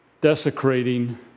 Desecrating